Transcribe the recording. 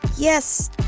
Yes